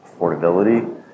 affordability